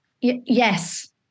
yes